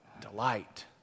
delight